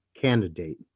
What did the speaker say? candidate